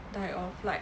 die off like